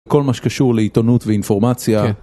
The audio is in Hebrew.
כל מה שקשור לעיתונות ואינפורמציה. כן.